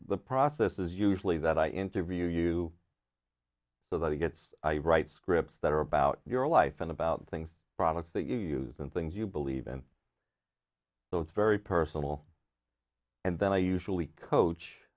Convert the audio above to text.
the process is usually that i interview you so that he gets i write scripts that are about your life and about things products that you use and things you believe in so it's very personal and then i usually coach